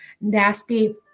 nasty